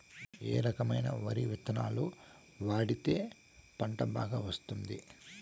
ఏ రకమైన వరి విత్తనాలు వాడితే పంట బాగా వస్తుంది?